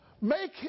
make